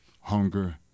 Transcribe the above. Hunger